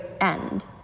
end